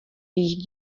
jejich